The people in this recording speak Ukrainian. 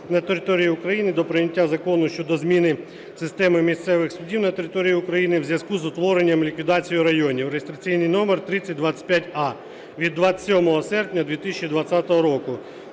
на території України до прийняття Закону щодо зміни системи місцевих судів на території України у зв'язку із утворенням (ліквідацією) районів (реєстраційний номер 3025а) (від 27 серпня 2020 року),